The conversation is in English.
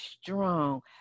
strong